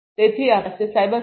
તેથી આપણે સી